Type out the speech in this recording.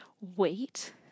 wait